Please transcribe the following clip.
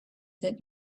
that